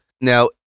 Now